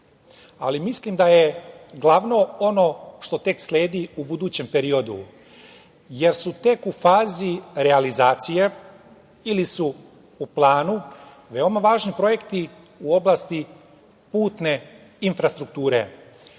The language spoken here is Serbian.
ali mislim da je glavno ono što tek sledi u budućem periodu, jer su tek u fazi realizacije ili su u planu veoma važni projekti u oblasti putne infrastrukture